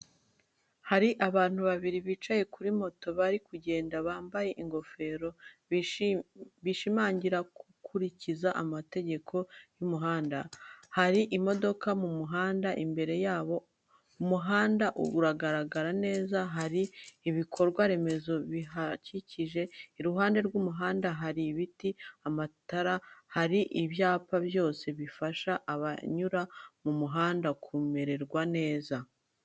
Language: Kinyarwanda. Hari abantu babiri bicaye kuri moto bari kugenda, bambaye ingofero bishimangira gukurikiza amategeko y’umuhanda. Hari imodoka mu muhanda imbere yabo, umuhanda uragaragara neza hari ibikorwa remezo bihagije, iruhande rw'umuhanda hari ibiti, amatara hari n'ibyapa byose bifasha abanyura mu muhanda kumererwa neza.